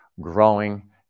growing